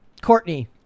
Courtney